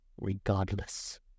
regardless